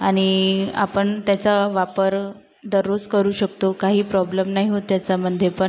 आणि आपण त्याचा वापर दररोज करू शकतो काही प्रॉब्लेम नाही होत त्याच्यामधे पण